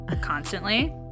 Constantly